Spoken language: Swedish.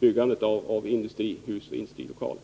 byggandet av industrihus och industrilokaler.